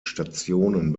stationen